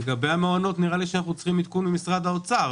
נראה לי שלגבי המעונות אנחנו צריכים עדכון ממשרד האוצר,